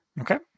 Okay